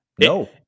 No